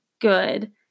good